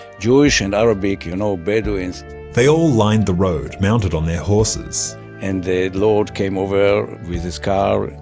jewish and arabic, you know, bedouins they all lined the road, mounted on their horses and the lord came over with his car,